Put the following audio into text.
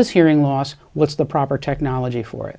this hearing loss what's the proper technology for it